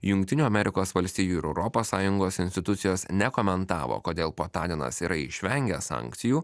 jungtinių amerikos valstijų ir europos sąjungos institucijos nekomentavo kodėl potaninas yra išvengęs sankcijų